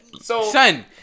Son